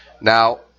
Now